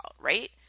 right